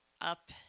up